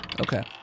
Okay